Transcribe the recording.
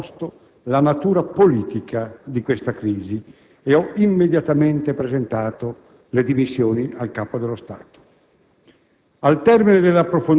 sin dall'inizio, nascosto la natura politica di questa crisi e ho immediatamente presentato le dimissioni al Capo dello Stato.